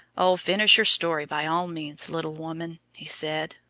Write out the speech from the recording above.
oh, finish your story by all means, little woman, he said,